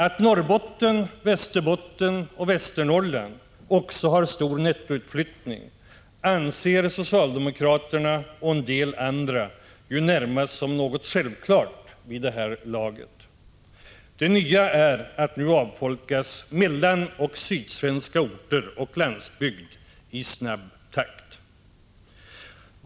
Att Norrbotten, Västerbotten och Västernorrland också har stor nettoutflyttning anser socialdemokraterna och en del andra ju närmast som något självklart vid det här laget. Det nya är att nu avfolkas mellanoch sydsvenska orter och landsbygd i snabb takt.